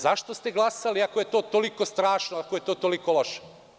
Zašto ste glasali, ako je to toliko strašno, ako je to toliko loše?